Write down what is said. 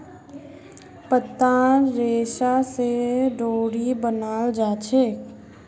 पत्तार रेशा स डोरी बनाल जाछेक